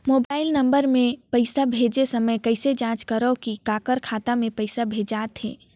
Mobile number मे पइसा भेजे समय कइसे जांच करव की काकर खाता मे पइसा भेजात हे?